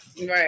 Right